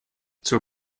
zur